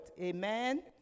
Amen